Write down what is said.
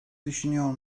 düşünüyor